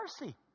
mercy